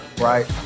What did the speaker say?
right